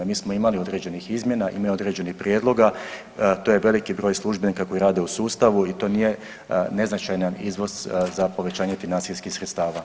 Mi smo imali određenih izmjena, imali određenih prijedloga, to je veliki broj službenika koji rade u sustavu i to nije neznačajan iznos za povećanje financijskih sredstava.